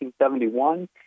1971